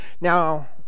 Now